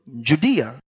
judea